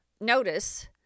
notice